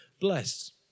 blessed